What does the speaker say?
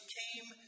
came